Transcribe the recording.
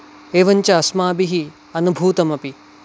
एवञ्च अस्माभिः अनुभूतमपि